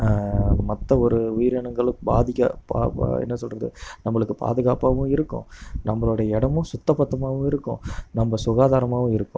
மற்ற ஒரு உயிரினங்களும் பாதிக்க என்ன சொல்கிறது நம்மளுக்கு பாதுகாப்பாகவும் இருக்கும் நம்மளோட இடமும் சுத்தபத்தமாகவும் இருக்கும் நம்ம சுகாதாரமாகவும் இருக்கும்